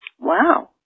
Wow